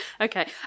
Okay